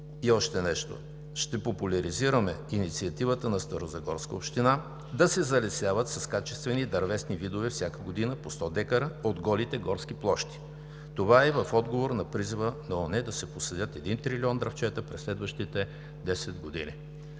И още нещо: ще популяризираме инициативата на Старозагорска община да се залесяват с качествени дървесни видове всяка година по 100 дка от голите горски площи. Това е и в отговор на призива на ООН да се посадят един трилион дръвчета през следващите десет години.